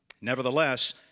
Nevertheless